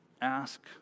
ask